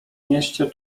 mieście